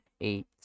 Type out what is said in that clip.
eight